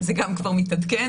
זה גם כבר מתעדכן.